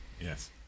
Yes